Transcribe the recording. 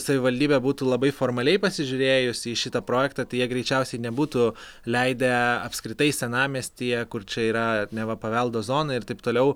savivaldybė būtų labai formaliai pasižiūrėjusi į šitą projektą tai jie greičiausiai nebūtų leidę apskritai senamiestyje kur čia yra neva paveldo zoną ir taip toliau